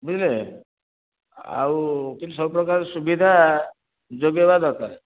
ବୁଝିଲେ ଆଉ କିନ୍ତୁ ସବୁ ପ୍ରକାର ସୁବିଧା ଯୋଗାଇବା ଦରକାର